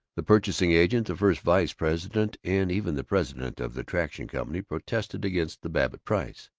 the purchasing-agent, the first vice-president, and even the president of the traction company protested against the babbitt price.